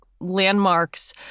landmarks